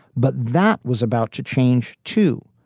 but that was about to change, too.